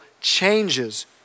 changes